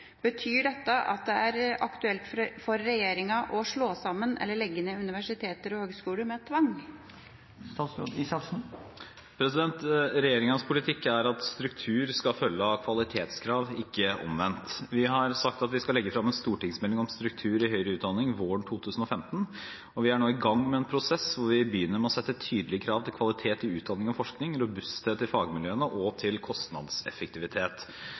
Betyr dette at det er aktuelt for regjeringa å slå sammen eller legge ned universiteter og høgskoler med tvang?» Regjeringens politikk er at struktur skal følge av kvalitetskrav, ikke omvendt. Vi har sagt at vi skal legge frem en stortingsmelding om struktur i høyere utdanning våren 2015. Vi er nå i gang med en prosess hvor vi begynner med å sette tydelige krav til kvalitet i utdanning og forskning, robusthet i fagmiljøene, og til kostnadseffektivitet.